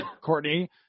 Courtney